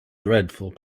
dreadful